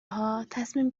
ها، تصمیم